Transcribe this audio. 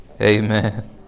Amen